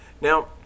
Now